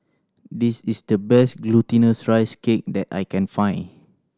this is the best Glutinous Rice Cake that I can find